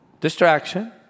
Distraction